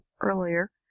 earlier